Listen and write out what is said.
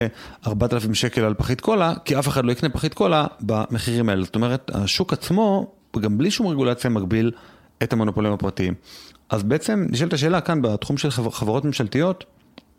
ארבעת אלפים שקל על פחית קולה, כי אף אחד לא יקנה פחית קולה במחירים האלה. זאת אומרת, השוק עצמו, גם בלי שום רגולציה, מגביל את המונופולים הפרטיים. אז בעצם נשאלת השאלה כאן בתחום של חברות ממשלתיות.